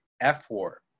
F-war